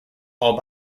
all